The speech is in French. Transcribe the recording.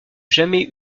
jamais